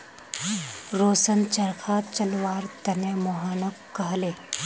रोशन चरखा चलव्वार त न मोहनक कहले